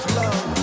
love